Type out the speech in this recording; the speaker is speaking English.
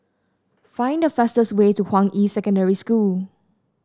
find the fastest way to Hua Yi Secondary School